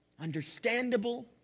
understandable